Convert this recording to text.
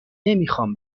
نمیخوام